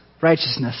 righteousness